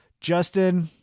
Justin